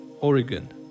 Oregon